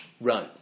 run